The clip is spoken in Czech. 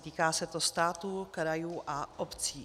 Týká se to státu, krajů a obcí.